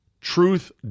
Truth